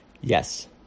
Yes